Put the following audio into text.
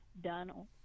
Donald